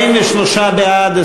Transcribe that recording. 43 בעד,